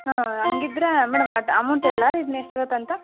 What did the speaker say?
ಹಾಂ ಹಂಗಿದ್ರೆ ಮೇಡಮ್ ಅದು ಅಮೌಂಟ್ ಹೇಳಲಾ ಇದು ಎಷ್ಟು ಆಗುತ್ತೆ ಅಂತ